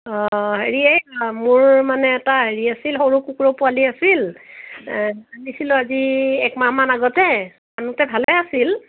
অ' হেৰি এই মোৰ মানে এটা হেৰি আছিল সৰু কুকুৰৰ পোৱালি আছিল আনিছিলোঁ আজি এক মাহমান আগতে আনোতে ভালে আছিল